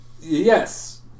yes